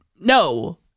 No